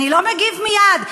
אני לא מגיב מייד,